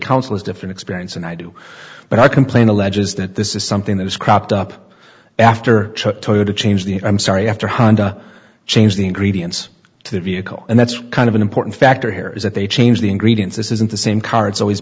counsel is different experience than i do but i complain alleges that this is something that has cropped up after toyota changed the i'm sorry after honda change the ingredients to the vehicle and that's kind of an important factor here is that they change the ingredients this isn't the same car it's always